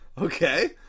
Okay